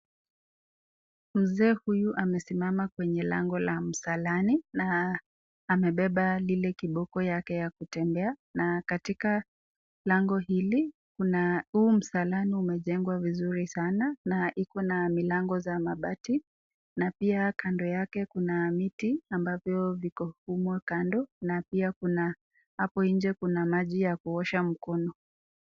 Mzee huyu amesimama kwenye lango la msalani na amebeba lile kiboko yake ya kutembea na katika lango hili kuna huu msalani umejengwa vizuri sana na iko na milango za mabati na pia kando yake kuna miti ambavyo viko humo kando na pia kuna hapo nje kuna maji ya kuosha mikono.